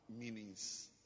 meanings